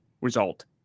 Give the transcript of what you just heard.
result